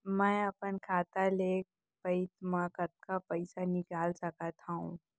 मैं अपन खाता ले एक पइत मा कतका पइसा निकाल सकत हव?